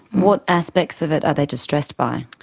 what aspects of it are they distressed by?